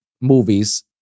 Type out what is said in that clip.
movies